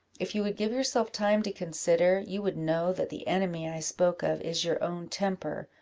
if you would give yourself time to consider, you would know that the enemy i spoke of is your own temper,